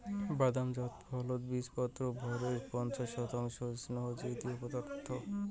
বাদাম জাত ফলত বীচপত্রর ভরের পঞ্চাশ শতাংশ স্নেহজাতীয় পদার্থ